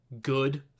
good